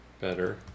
better